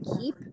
keep